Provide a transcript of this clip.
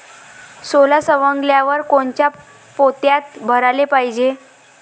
सोला सवंगल्यावर कोनच्या पोत्यात भराले पायजे?